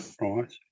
right